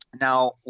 Now